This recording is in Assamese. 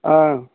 অঁ